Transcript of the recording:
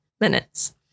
minutes